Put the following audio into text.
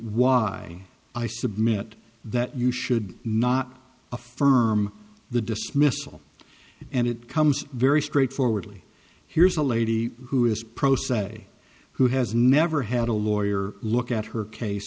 why i submit that you should not affirm the dismissal and it comes very straightforwardly here's a lady who is pro se who has never had a lawyer look at her case